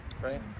right